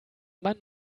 mann